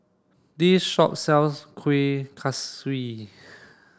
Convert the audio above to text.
this shop sells Kuih Kaswi